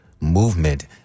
movement